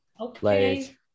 Okay